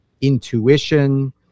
intuition